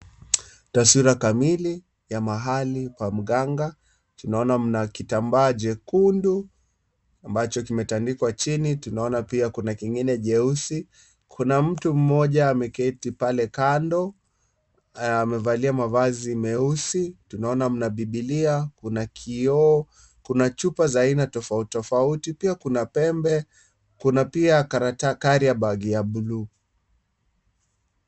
Taswira kamili ya mahali pa mganga. Tunaona mna kitambaa jekundu ambacho kimetandikwa chini. Tunaona pia kuna kingine cheusi. Kuna mtu mmoja ameketi pale kando, amevalia mavazi meusi, tunaona mna bibilia, kuna kioo. Kuna chupa za aina tofauti tofauti . Pia kuna pembe, kuna pia karata carrier bag ya bluu.